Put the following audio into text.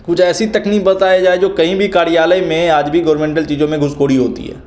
कुछ ऐसी तकनीक बताया जाए जो कहीं भी कार्यालय मे आज भी गोरमेंटल चीज़ों में आज भी घूसखोरी होती है